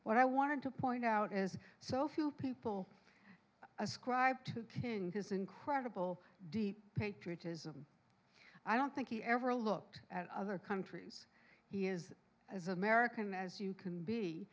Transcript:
what i wanted to point out is so few people ascribe to tin his incredible deep patriotism i don't think he ever looked at other countries he is as american as you can be